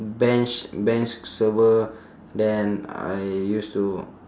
bench bench server then I used to